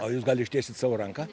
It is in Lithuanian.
o jūs gal ištiesit savo ranką